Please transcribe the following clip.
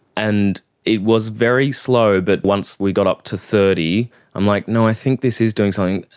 and it was very slow, but once we got up to thirty i'm like, no, i think this is doing something,